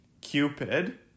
Cupid